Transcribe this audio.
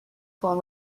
فرم